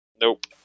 Nope